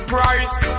Price